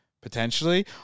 potentially